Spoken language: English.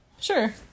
Sure